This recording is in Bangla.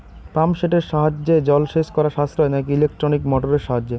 পাম্প সেটের সাহায্যে জলসেচ করা সাশ্রয় নাকি ইলেকট্রনিক মোটরের সাহায্যে?